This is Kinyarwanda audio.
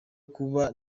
kuba